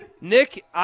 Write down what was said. Nick